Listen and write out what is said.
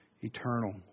eternal